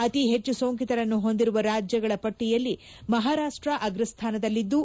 ಅತಿ ಹೆಚ್ಚು ಸೋಂಕಿತರನ್ನು ಹೊಂದಿರುವ ರಾಜ್ಯಗಳ ಪಟ್ಟಿಯಲ್ಲಿ ಮಹಾರಾಷ್ಟ ಅಗ್ರಸ್ಥಾನದಲ್ಲಿದ್ದು